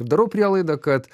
darau prielaidą kad